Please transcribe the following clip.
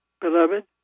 Beloved